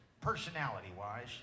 personality-wise